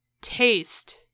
taste